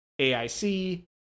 AIC